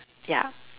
ya